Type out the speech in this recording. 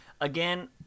Again